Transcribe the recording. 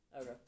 Okay